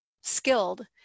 skilled